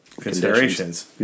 considerations